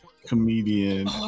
comedian